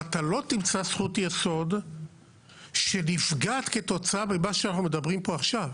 ואתה לא תמצא זכות יסוד שנפגעת כתוצאה ממה שאנחנו מדברים פה עכשיו.